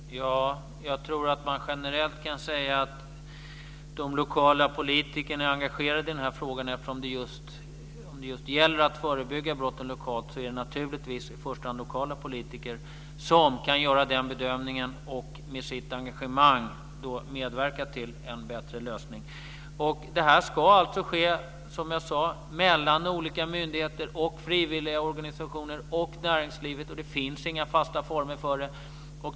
Fru talman! Jag tror att man generellt kan säga att de lokala politikerna är engagerade i de här frågorna. Eftersom det just gäller att förebygga brotten lokalt är det naturligtvis i första hand lokala politiker som kan göra bedömningen och med sitt engagemang medverka till en bättre lösning. Det här ska alltså ske, som jag sade, mellan olika myndigheter, frivilliga organisationer och näringslivet. Det finns inga fasta former för det.